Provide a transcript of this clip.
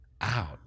out